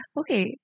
Okay